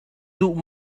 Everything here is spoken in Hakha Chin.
duh